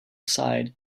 side